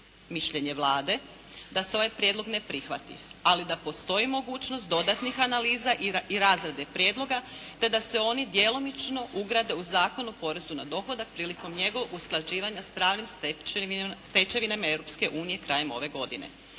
mišljenje Vlade da se ovaj prijedlog ne prihvati ali da postoji mogućnost dodatnih analiza i razrade prijedloga te da se oni djelomično ugrade u Zakon o porezu na dohodak prilikom njegovog usklađivanja s pravnim stečevinama Europske unije krajem ove godine.